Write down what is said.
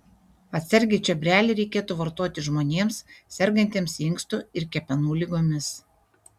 atsargiai čiobrelį reikėtų vartoti žmonėms sergantiems inkstų ir kepenų ligomis